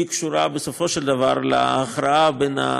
היא קשורה, בסופו של דבר, להכרעה בין,